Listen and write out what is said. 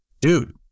dude